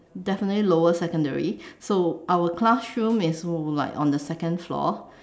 definitely lower secondary so our classroom is like on the second floor